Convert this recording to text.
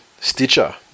Stitcher